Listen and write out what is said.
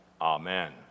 Amen